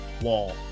wall